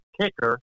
kicker